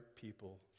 people